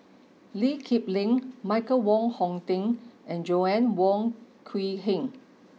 Lee Kip Lin Michael Wong Hong Teng and Joanna Wong Quee Heng